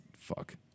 fuck